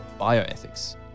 bioethics